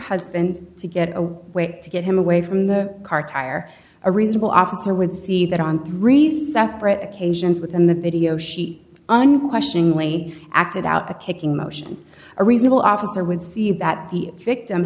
husband to get a way to get him away from the car tire a reasonable officer would see that on three separate occasions within the video she unquestioningly acted out the kicking motion a reasonable officer would see that the victim